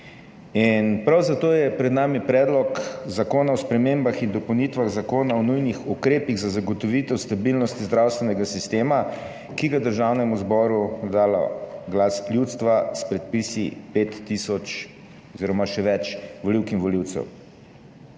in prav zato je pred nami Predlog zakona o spremembah in dopolnitvah Zakona o nujnih ukrepih za zagotovitev stabilnosti zdravstvenega sistema, ki ga je Državnemu zboru dal Glas ljudstva s podpisi pet tisoč oziroma še več volivk in volivcev.